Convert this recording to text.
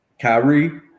Kyrie